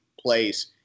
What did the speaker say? place